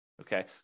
okay